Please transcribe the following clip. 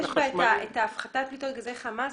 שיש בה הפחתת פליטת גזי חממה?